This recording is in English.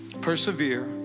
Persevere